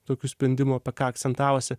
tokių sprendimų apie ką akcentavosi